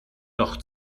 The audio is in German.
doch